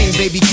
Baby